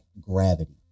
gravity